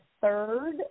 third